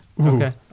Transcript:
Okay